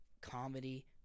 comedy